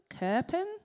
Kirpin